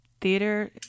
theater